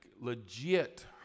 legit